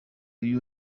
iyo